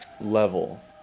level